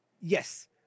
Yes